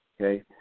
okay